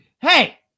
Hey